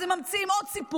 אז הם ממציאים עוד סיפור,